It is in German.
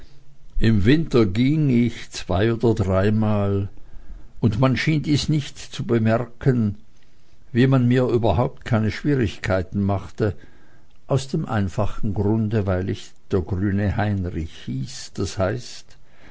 im winter ging ich zwei oder dreimal und man schien dies nicht zu bemerken wie man mir überhaupt keine schwierigkeiten machte aus dem einfachen grunde weil ich der grüne heinrich hieß d h